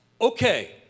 okay